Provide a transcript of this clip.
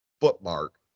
footmark